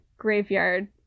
graveyard